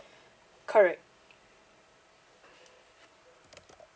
correct